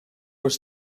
was